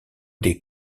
des